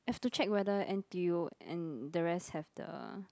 have to check whether N_T_U and the rest have the